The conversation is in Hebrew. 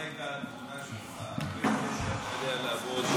על רקע התלונה שלך וזה שאתה יודע לעבוד,